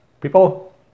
people